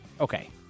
Okay